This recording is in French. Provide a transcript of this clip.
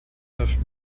neuf